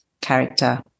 character